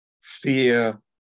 fear